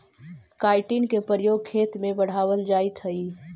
chitin के प्रयोग खेत में बढ़ावल जाइत हई